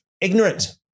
ignorant